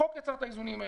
החוק יצר את האיזונים האלה,